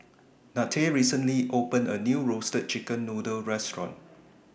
Nanette recently opened A New Roasted Chicken Noodle Restaurant